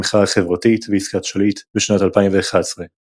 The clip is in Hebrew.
המחאה החברתית ועסקת שליט בשנת 2011,